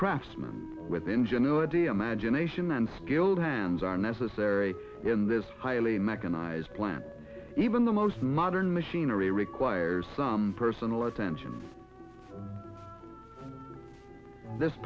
craftsman with ingenuity a magination and skilled hands are necessary in this highly mechanized plant even the most modern machinery requires some personal attention this